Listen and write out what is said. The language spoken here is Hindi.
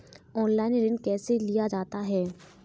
ऑनलाइन ऋण कैसे लिया जाता है?